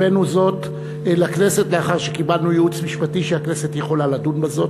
הבאנו זאת לכנסת לאחר שקיבלנו ייעוץ משפטי שהכנסת יכולה לדון בזאת.